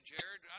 Jared